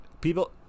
People